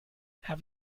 have